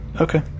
Okay